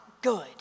good